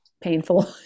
painful